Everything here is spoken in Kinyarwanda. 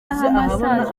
ahabona